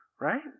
right